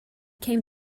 came